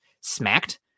smacked